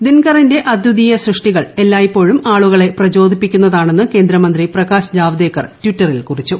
ദിങ്കറിന്റെ അദിതീയ സൃഷ്ടികൾ എല്ലായ്പ്പോഴും ആളുകളെ പ്രചോദിപ്പിക്കുന്ന താണെന്ന് കേന്ദ്രമന്ത്രി പ്രകാശ് ജാവദേക്കർ ട്വിറ്ററിൽ കുറിച്ചു